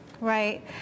Right